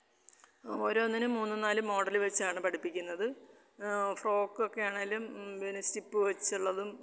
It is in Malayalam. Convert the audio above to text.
ഓരോന്നിനും മൂന്ന് നാല് മോഡല് വെച്ചാണ് പഠിപ്പിക്കുന്നത് ഫ്രോക്ക് ഒക്കെ ആണെങ്കിലും പിന്നെ സ്റ്റിപ്പ് വെച്ചുള്ളതും